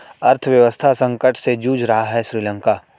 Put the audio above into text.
अर्थव्यवस्था संकट से जूझ रहा हैं श्रीलंका